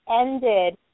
ended